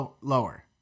lower